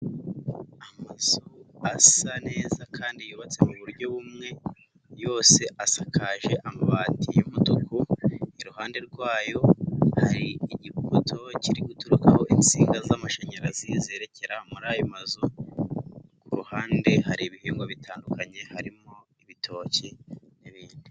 Amazu asa neza kandi yubatse mu buryo bumwe yose asakaje amabati y'umutuku iruhande rwayo hari igipoto kiri guturukaho insinga z'amashanyarazi zerekera muri ayo mazu ku ruhande hari ibihingwa bitandukanye harimo ibitoki n'ibindi.